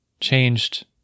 changed